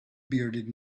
bearded